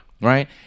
right